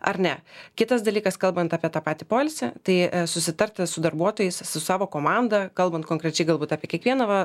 ar ne kitas dalykas kalbant apie tą patį poilsį tai susitarti su darbuotojais su savo komanda kalbant konkrečiai galbūt apie kiekvieną va